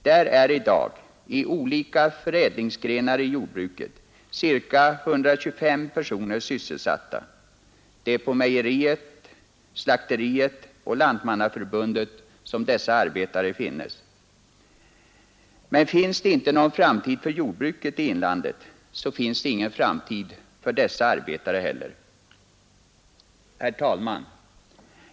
Där är i dag i olika förädlingsgrenar inom jordbruket ca 125 personer sysselsatta; det är på mejeriet, slakteriet och Lantmannaförbundet som dessa arbetare finns. Men finns det inte någon framtid för jordbruket i inlandet, så finns det ingen framtid för dessa arbetare heller. Herr talman!